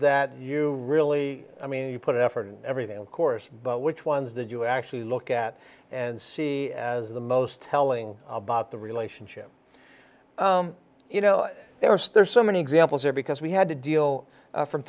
that you really i mean you put effort in everything of course but which ones did you actually look at and see as the most telling about the relationship you know there are stairs so many examples here because we had to deal from